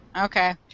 Okay